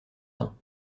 tain